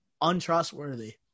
untrustworthy